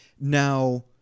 Now